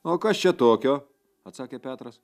o kas čia tokio atsakė petras